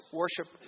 worship